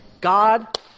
God